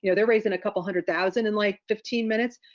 you know they're raising a couple hundred thousand in like fifteen minutes.